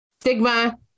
stigma